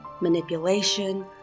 manipulation